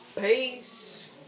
Peace